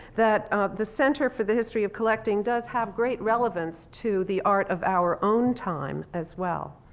that the center for the history of collecting does have great relevance to the art of our own time as well.